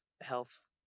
health